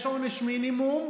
יש עונש מינימום,